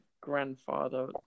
grandfather